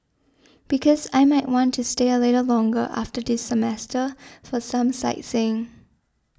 because I might want to stay a little longer after this semester for some sightseeing